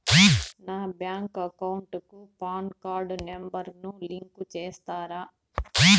నా bank account కు PAN card number ను లింకు సేస్తారా?